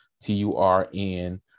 T-U-R-N